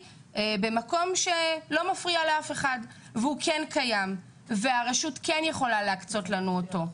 במקום שלא מפריע לאף אחד והוא כן קיים והרשות כן יכולה להקצות לנו אותו.